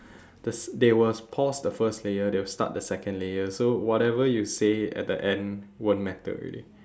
the they will pause the first layer they will start the second layer so whatever you say at the end won't matter already